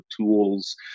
tools